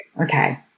Okay